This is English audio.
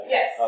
Yes